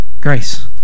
grace